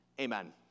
Amen